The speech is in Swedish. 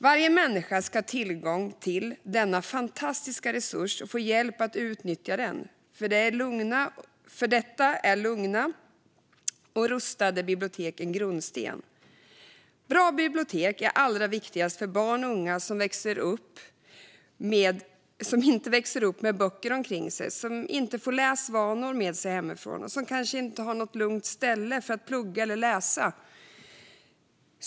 Varje människa ska ha tillgång till denna fantastiska resurs och få hjälp att utnyttja den. För detta är lugna och rustade bibliotek en grundsten. Bra bibliotek är allra viktigast för barn och unga som inte växer upp med böcker omkring sig, som inte får läsvanor med sig hemifrån och som kanske inte har något lugnt ställe för att plugga eller läsa.